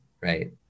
right